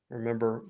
Remember